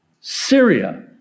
Syria